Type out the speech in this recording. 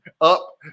up